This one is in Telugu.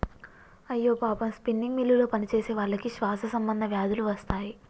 అయ్యో పాపం స్పిన్నింగ్ మిల్లులో పనిచేసేవాళ్ళకి శ్వాస సంబంధ వ్యాధులు వస్తాయి